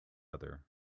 other